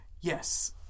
Yes